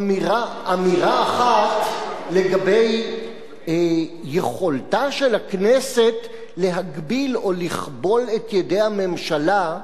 אמירה אחת לגבי יכולתה של הכנסת להגביל או לכבול את ידי הממשלה,